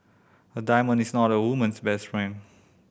a diamond is not a woman's best friend